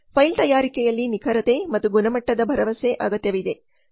file ತಯಾರಿಕೆಯಲ್ಲಿ ನಿಖರತೆ ಮತ್ತು ಗುಣಮಟ್ಟದ ಭರವಸೆ ಅಗತ್ಯವಿದೆ